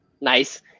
Nice